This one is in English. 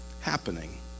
happening